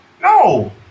No